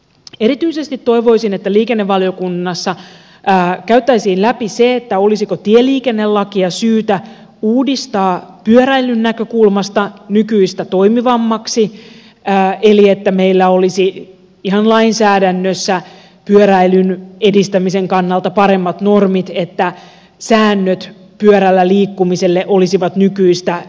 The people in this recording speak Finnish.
erityisesti toivoisin että liikennevaliokunnassa käytäisiin läpi se olisiko tieliikennelakia syytä uudistaa pyöräilyn näkökulmasta nykyistä toimivammaksi eli että meillä olisi ihan lainsäädännössä pyöräilyn edistämisen kannalta paremmat normit niin että säännöt pyörällä liikkumiselle olisivat nykyistä selkeämmät